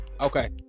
Okay